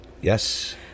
Yes